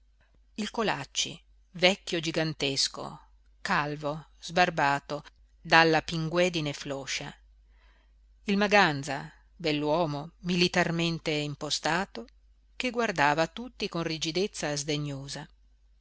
il colacci vecchio gigantesco calvo sbarbato dalla pinguedine floscia il maganza bell'uomo militarmente impostato che guardava tutti con rigidezza sdegnosa